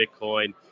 Bitcoin